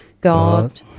God